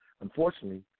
Unfortunately